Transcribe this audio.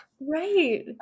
Right